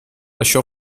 lasciò